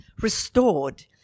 restored